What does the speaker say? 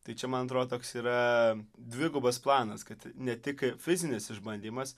tai čia man atrodo toks yra dvigubas planas kad ne tik kaip fizinis išbandymas